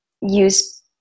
use